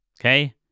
okay